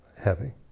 heavy